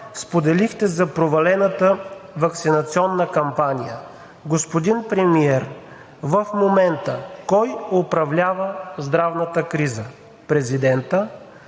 споделихте за провалената ваксинационна кампания. Господин Премиер, в момента кой управлява здравната криза – президентът,